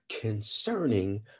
concerning